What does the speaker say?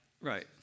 Right